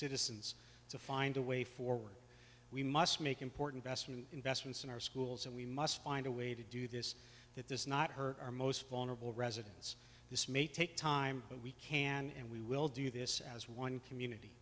citizens to find a way forward we must make important besson investments in our schools and we must find a way to do this that does not hurt our most vulnerable residents this may take time but we can and we will do this as one community